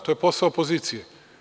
To je posao opozicije.